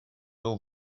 aux